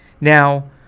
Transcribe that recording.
Now